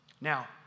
Now